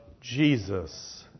Jesus